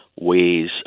ways